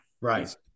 right